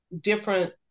different